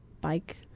bike